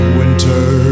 winter